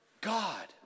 God